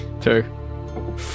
Two